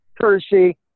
courtesy